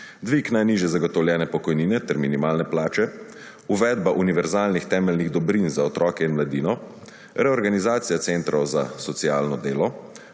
dvig najnižje zagotovljene pokojnine ter minimalne plače, uvedba univerzalnih temeljnih dobrin za otroke in mladino, reorganizacija centrov za socialno delo,